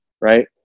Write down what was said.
right